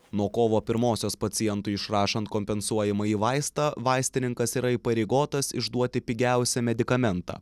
nuo kovo pirmosios pacientui išrašant kompensuojamąjį vaistą vaistininkas yra įpareigotas išduoti pigiausią medikamentą